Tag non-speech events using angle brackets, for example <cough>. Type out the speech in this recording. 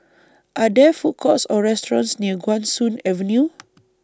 Are There Food Courts Or restaurants near Guan Soon Avenue <noise>